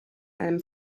einem